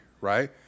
right